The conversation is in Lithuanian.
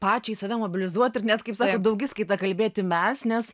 pačiai save mobilizuoti ir net kaip sakot daugiskaita kalbėti mes nes